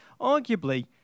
Arguably